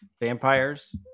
Vampires